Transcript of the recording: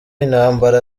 intambara